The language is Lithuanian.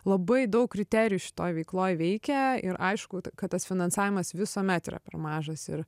labai daug kriterijų šitoj veikloj veikia ir aišku kad tas finansavimas visuomet yra per mažas ir